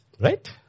Right